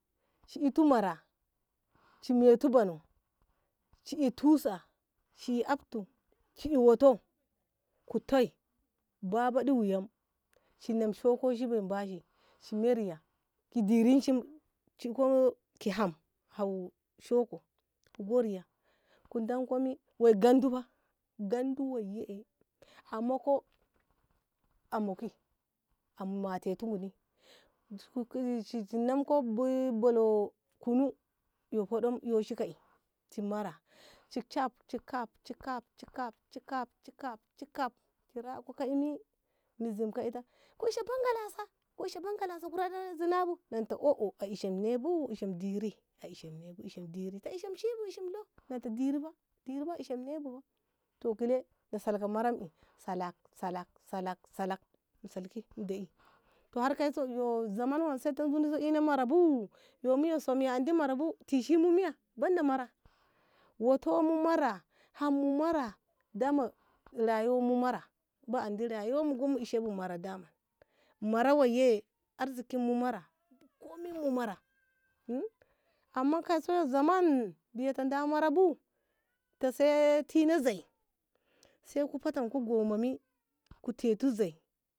shi ito mara shi meto bono shi i tusa shi ey actum shi ey watoi ku tai ba baɗi wuyam shi nemshoku shi binbashi shi miryam ki dirinshi ko ki ham ki hau shouko go riya ku dankomi wei gandufa fa gandu weiye ey ammako ammakwai ammateti muni shi shi namka ballau yo kunum yo hudɗo yo shika i cikaf cikaf cikaf cikaf ki rako ka'i mi na zimte ita ku ishe bangalasa- bangalasa gurdo ɗo zinabu na ishe oh oh na ishe nabu a ishe diri to ishibu ishom yo nanta diri fa diri fa na ishentemu ba to kile na salka mara'i salak salak salki mu da'i to har kai zaman weise ka dina ina marabu tishin mu mamiya banda mara bu wato mu mara ham mu mara daman rayuwamu mu mara rayuwanmu daman kon mu ishe mara daman mara weiye arziki mu mara ko min mu mara amman kaisuwi ma zaman biyeto ta mara bu ta sai tina zui sai ku fetanko gomma mi ku tetu zui.